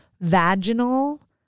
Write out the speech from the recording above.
vaginal